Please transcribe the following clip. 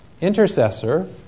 intercessor